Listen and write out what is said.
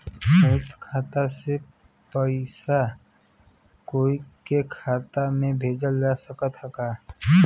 संयुक्त खाता से पयिसा कोई के खाता में भेजल जा सकत ह का?